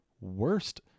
worst